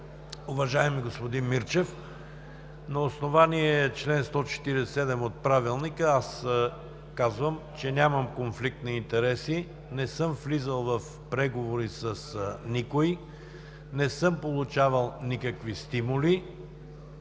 Уважаеми господин Мирчев, на основание чл. 147 от Правилника аз казвам, че нямам конфликт на интереси, не съм влизал в преговори с никой, не съм получавал никакви стимули.